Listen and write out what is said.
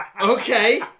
okay